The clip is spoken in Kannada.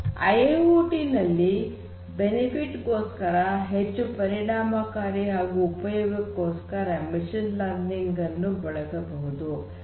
ಐ ಐ ಓ ಟಿ ನಲ್ಲಿ ಲಾಭಕ್ಕೋಸ್ಕರ ಹೆಚ್ಚು ಪರಿಣಾಮಕಾರಿ ಹಾಗೂ ಉಪಯೋಗಕ್ಕೊಸ್ಕರ ಮಷೀನ್ ಲರ್ನಿಂಗ್ ನನ್ನು ಬಳಸಬಹುದು